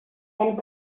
and